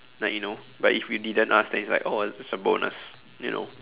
like you know but if you didn't ask then it's like oh it's a bonus you know